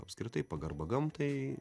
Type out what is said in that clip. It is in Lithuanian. apskritai pagarba gamtai